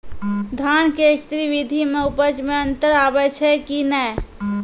धान के स्री विधि मे उपज मे अन्तर आबै छै कि नैय?